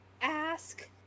Ask